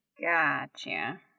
Gotcha